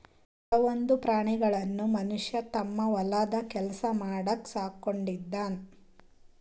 ಕೆಲವೊಂದ್ ಪ್ರಾಣಿಗಳನ್ನ್ ಮನಷ್ಯ ತಮ್ಮ್ ಹೊಲದ್ ಕೆಲ್ಸ ಮಾಡಕ್ಕ್ ಸಾಕೊಂಡಿರ್ತಾನ್